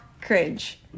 cringe